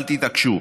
אל תתעקשו,